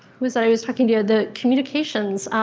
was i, i was talking to yeah the communications.